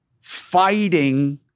fighting